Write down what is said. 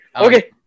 okay